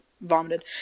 vomited